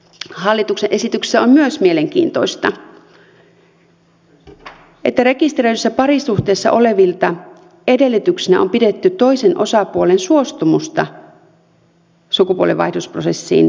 hallituksen esityksessä on mielenkiintoista myös että rekisteröidyssä parisuhteessa olevilta edellytyksenä on pidetty toisen osapuolen suostumusta sukupuolenvaihdosprosessiin lähtemisestä